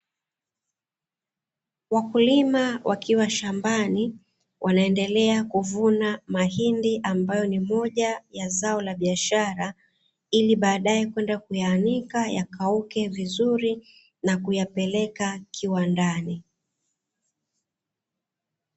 Wakulima wakiwa shambani, wanaendelea kuvuna mahindi ambayo ni moja ya zao la biashara, ili baadae kwenda kuyaanika yakauke vizuri, na kuyapeleka kiwandani.